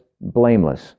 blameless